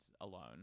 alone